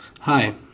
Hi